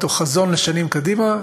מתוך חזון לשנים קדימה,